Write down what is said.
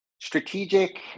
strategic